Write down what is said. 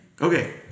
Okay